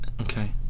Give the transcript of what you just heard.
Okay